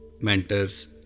mentors